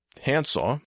handsaw